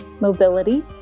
mobility